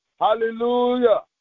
Hallelujah